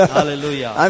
hallelujah